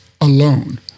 alone